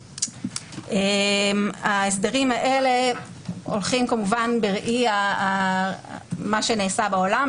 ההסדרים האלה הולכים בראי מה שנעשה בעולם,